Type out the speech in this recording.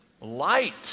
Light